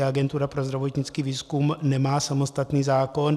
A Agentura pro zdravotnický výzkum nemá samostatný zákon.